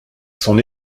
son